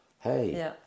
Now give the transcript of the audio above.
hey